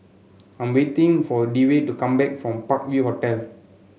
I am waiting for Dewey to come back from Park View Hotel